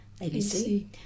ABC